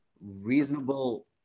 reasonable